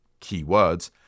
keywords